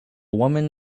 woman